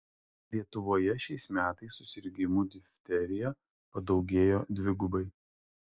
lietuvoje šiais metais susirgimų difterija padaugėjo dvigubai